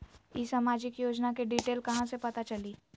ई सामाजिक योजना के डिटेल कहा से पता चली?